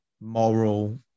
moral